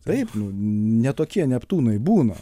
taip nu ne tokie neptūnai būna